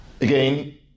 Again